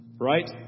Right